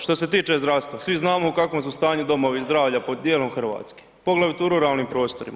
Što se tiče zdravstva, svi znamo u kakvom su stanju domovi zdravlja po dijelom Hrvatske, poglavito u ruralnim prostorima.